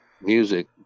music